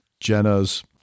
Jenna's